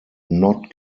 not